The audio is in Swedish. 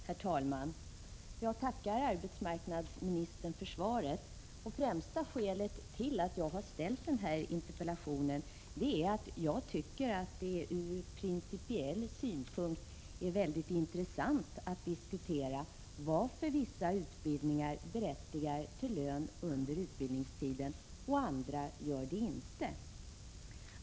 Herr talman! Jag tackar arbetsmarknadsministern för svaret. Främsta skälet till att jag ställt interpellationen är att jag tycker att det ur principiell synpunkt är väldigt intressant att diskutera varför vissa utbildningar berättigar till lön under utbildningstiden och andra inte gör det.